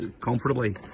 comfortably